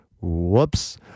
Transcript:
Whoops